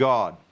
God